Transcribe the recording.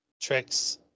tricks